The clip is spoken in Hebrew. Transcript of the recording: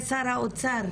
שר האוצר,